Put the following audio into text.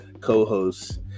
co-host